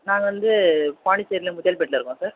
நாங்கள் வந்து பாண்டிச்சேரியில் முத்தியால்பேட்டைல இருக்கோம் சார்